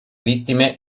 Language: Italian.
vittime